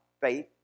faith